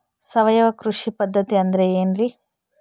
ಸಾವಯವ ಕೃಷಿ ಪದ್ಧತಿ ಅಂದ್ರೆ ಏನ್ರಿ?